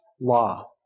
law